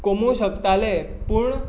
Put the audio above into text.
कमोवंक शकताले पूण